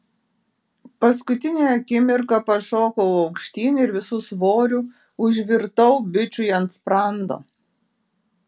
paskutinę akimirką pašokau aukštyn ir visu svoriu užvirtau bičui ant sprando